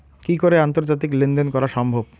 কি করে আন্তর্জাতিক লেনদেন করা সম্ভব?